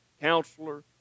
Counselor